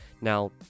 now